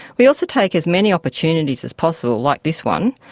we also take as many opportunities as possible, like this one,